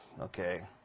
Okay